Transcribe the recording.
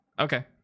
okay